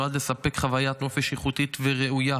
שנועד לספק חוויית נופש איכותית וראויה